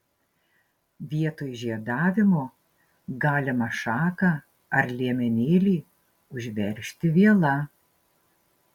vietoj žiedavimo galima šaką ar liemenėlį užveržti viela